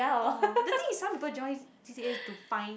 oh the thing is some people join C_C_A is to find